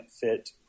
Fit